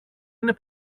είναι